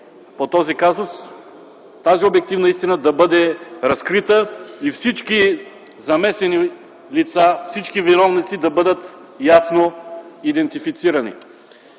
по този казус, тази обективна истина да бъде разкрита и всички замесени лица, всички виновници да бъдат ясно идентифицирани.